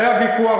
היה ויכוח,